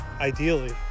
ideally